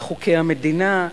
לחוקי המדינה.